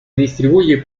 distribuye